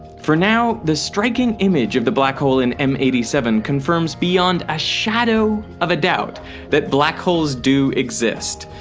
for now, the striking image of the black hole in m eight seven confirms beyond a shadow of a doubt that black holes do exist.